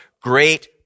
great